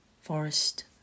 Forest